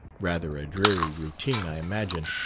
rather a dreary routine, i imagine,